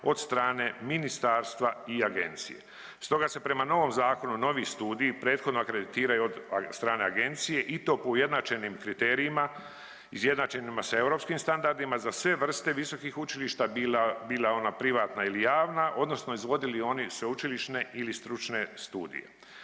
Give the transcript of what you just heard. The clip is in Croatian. od strane Ministarstva i Agencije, stoga se prema novom zakonu, novi studiji prethodno akreditiraju od strane Agencije i to po ujednačenim kriterijima izjednačenima sa europskim standardima za sve vrste visokih učilišta, bila ona privatna ili javna, odnosno izvodili oni sveučilišne ili stručne studije.